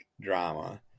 drama